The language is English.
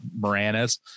Moranis